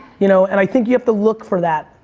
you know and i think you have to look for that.